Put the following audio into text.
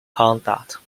conduct